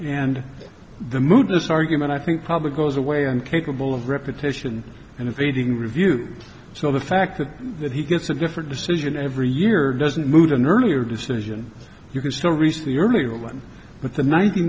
and the mood is argument i think probably goes away incapable of repetition and evading reviews so the fact that he gets a different decision every year doesn't move an earlier decision you can still reach the earlier one but the ninety